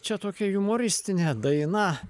čia tokia jumoristinė daina